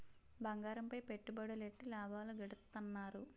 బంగారంపై పెట్టుబడులెట్టి లాభాలు గడిత్తన్నారు